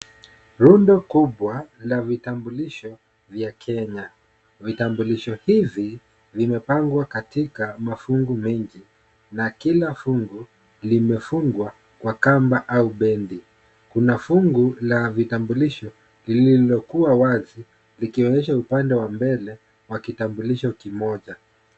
Rundo kubwa la vitambulisho vya Kenya. Vitambulisho hivi, vimepangwa katika mafungu mengi na kila fungu limefungwa kwa kamba au bendi. kuna fungu la vitambulisho lililokuwa wazi likionyesha upande wa mbele wa kitambulisho kimoja.